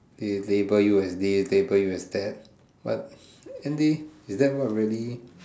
they label you as this label you as that but end day is that what really